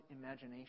imagination